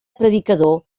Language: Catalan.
predicador